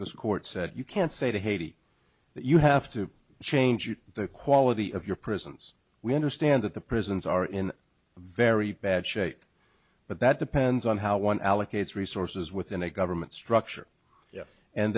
this court said you can't say to haiti that you have to change the quality of your prisons we understand that the prisons are in very bad shape but that depends on how one allocates resources within a government structure yes and